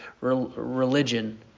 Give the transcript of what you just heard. religion